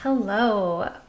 Hello